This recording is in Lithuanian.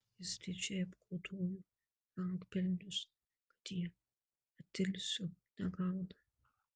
jis didžiai apgodojo rankpelnius kad jie atilsio negauną